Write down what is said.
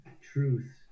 truth